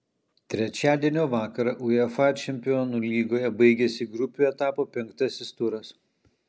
trečiadienio vakarą uefa čempionų lygoje baigėsi grupių etapo penktasis turas